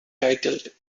titled